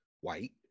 white